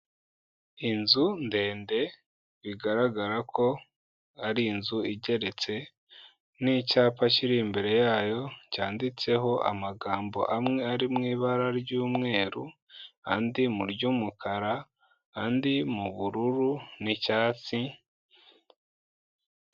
Inzu ndende bigaragara ko ari inzu igeretse n'icyapa kiri imbere yayo cyanditseho amagambo amwe ari mu ibara ry'umweru, andi mu ry'umukara, andi mu bururu n'icyatsi.